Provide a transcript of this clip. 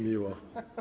Miło.